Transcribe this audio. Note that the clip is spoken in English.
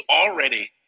already